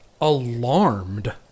alarmed